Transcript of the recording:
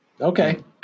Okay